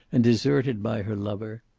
and deserted by her lover.